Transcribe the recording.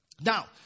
Now